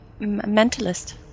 mentalist